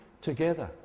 together